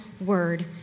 word